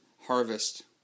harvest